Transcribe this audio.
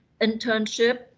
internship